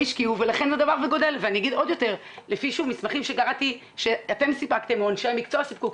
לפי מסמכים שקראתי שאנשי המקצוע ספקו,